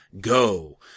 go